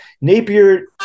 Napier